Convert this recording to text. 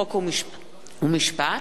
חוק ומשפט.